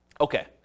okay